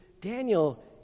Daniel